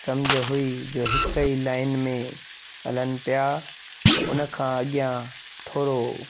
समुझ हुई की हिक ई लाइन में हलनि पिया उनखां अॻियां थोरो